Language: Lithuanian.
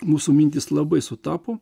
mūsų mintys labai sutapo